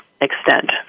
extent